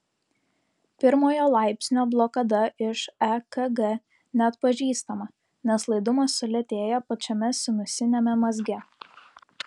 pirmojo laipsnio blokada iš ekg neatpažįstama nes laidumas sulėtėja pačiame sinusiniame mazge